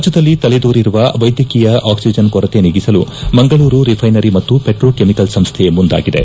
ರಾಜ್ಯದಲ್ಲಿ ತಲೆದೋರಿರುವ ವೈದ್ಯಕೀಯ ಆಕ್ಸಿಜನ್ ಕೊರತೆ ನೀಗಿಸಲು ಮಂಗಳೂರು ರಿಫೈನರಿ ಮತ್ತು ಪೆಟ್ರೋಕೆಮಿಕಲ್ಸ್ ಸಂಸ್ಥೆ ಮುಂದಾಗಿದೆ